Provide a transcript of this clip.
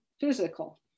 physical